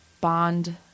bond